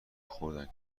خوردن